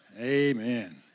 Amen